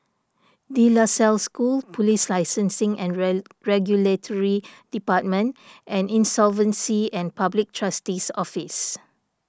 De La Salle School Police Licensing and Regulatory Department and Insolvency and Public Trustee's Office